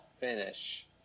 finish